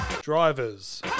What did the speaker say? Drivers